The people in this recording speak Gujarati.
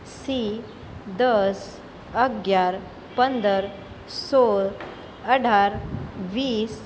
સી દસ અગિયાર પંદર સોળ અઢાર વીસ